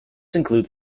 includes